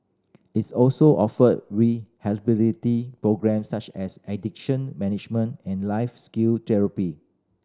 its also offer rehabilitative programmes such as addiction management and life skill therapy